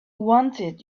wanted